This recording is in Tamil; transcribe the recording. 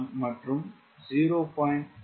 267 மற்றும் 0